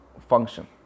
function